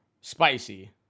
spicy